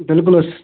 بِلکُل حظ